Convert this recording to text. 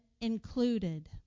included